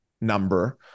number